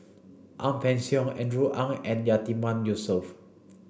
Ang Peng Siong Andrew Ang and Yatiman Yusof